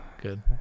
Good